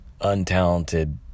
untalented